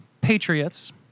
Patriots